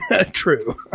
True